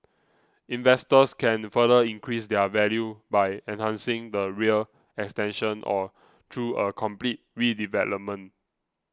investors can further increase their value by enhancing the rear extension or through a complete redevelopment